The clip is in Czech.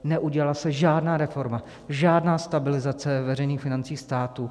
Neudělala se žádná reforma, žádná stabilizace veřejných financí státu.